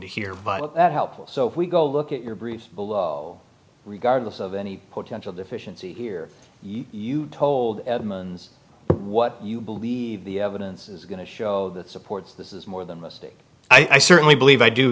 to hear that helpful so if we go look at your briefs regardless of any potential deficiency here you told adman's what you believe the evidence is going to show that supports this is more than mistake i certainly believe i do